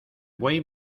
buey